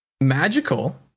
magical